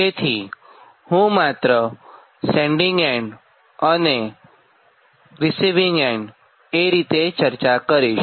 જેથી હું માત્ર સેન્ડીંગ એન્ડ રીસિવીંગ એન્ડ એ રીતે ચર્ચા કરીશ